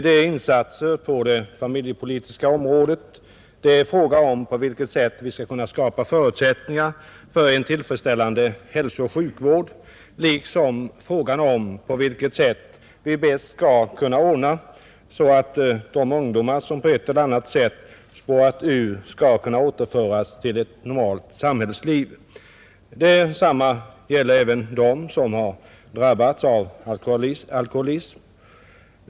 Det är insatser på det familjepolitiska området, det är frågan om på vilket sätt vi skall kunna skapa förutsättningar för en tillfredsställande hälsooch sjukvård, och det är frågan om på vilket sätt vi bäst skall kunna ordna så att de ungdomar som på ett eller annat sätt spårat ur skall kunna återföras till ett normalt samhällsliv — detsamma gäller även dem som har drabbats av alkoholism.